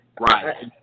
Right